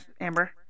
Amber